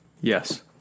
Yes